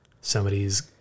Somebody's